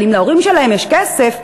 אבל אם להורים שלהם יש כסף,